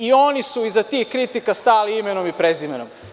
Oni su iza tih kritika stali imenom i prezimenom.